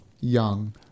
young